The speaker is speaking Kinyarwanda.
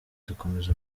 dukomeza